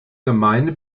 gemeinde